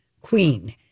Queen